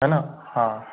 है ना हाँ